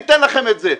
ניתן לכם את זה.